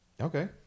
Okay